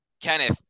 Kenneth